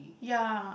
ya